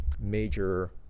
major